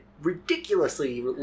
ridiculously